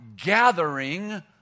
gathering